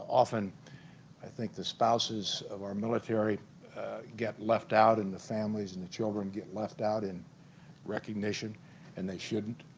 often i think the spouses of our military get left out in the families and the children get left out in recognition and they shouldn't